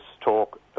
talk